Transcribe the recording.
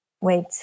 Wait